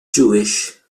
jewish